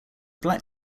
black